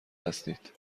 هستید